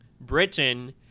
Britain